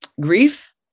grief